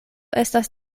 estas